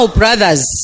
brothers